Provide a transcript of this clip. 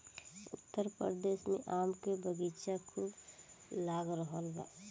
उत्तर प्रदेश में आम के बगीचा खूब लाग रहल बा